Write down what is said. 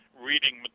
reading